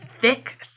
thick